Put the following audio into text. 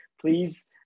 please